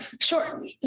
sure